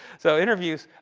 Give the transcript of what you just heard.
so interviews,